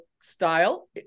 style